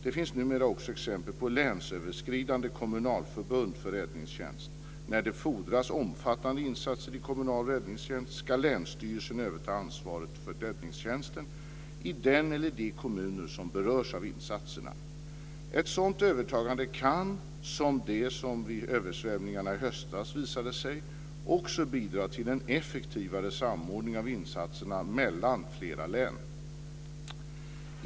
Det finns numera också exempel på länsöverskridande kommunalförbund för räddningstjänst. När det fordras omfattande insatser i kommunal räddningstjänst ska länsstyrelsen överta ansvaret för räddningstjänsten i den eller de kommuner som berörs av insatserna. Ett sådant övertagande kan, som det vid översvämningarna i höstas visade sig, också bidra till en effektivare samordning av insatserna mellan flera län.